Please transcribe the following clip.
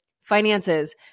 finances